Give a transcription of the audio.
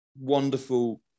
wonderful